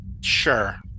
Sure